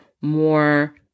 more